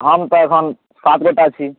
हम तऽ अखन सात गोटा छी